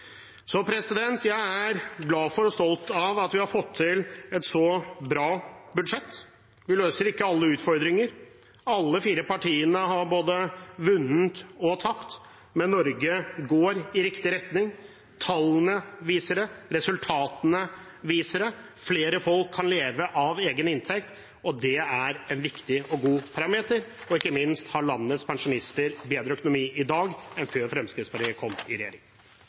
så bra budsjett. Det løser ikke alle utfordringer, alle de fire partiene har både vunnet og tapt, men Norge går i riktig retning. Tallene viser det, resultatene viser det. Flere kan leve av egen inntekt, det er en viktig og god parameter, og ikke minst har landets pensjonister bedre økonomi i dag enn før Fremskrittspartiet kom i regjering.